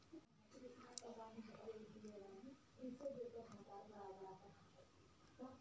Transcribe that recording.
पाँच सौ किलोग्राम आलू कितने क्विंटल होगा?